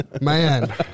Man